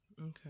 Okay